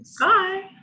Bye